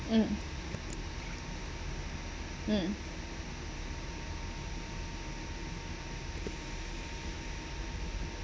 mm mm